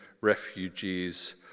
refugees